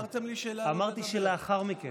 לא, אמרתם לי, אמרתי שלאחר מכן.